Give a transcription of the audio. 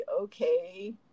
okay